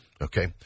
Okay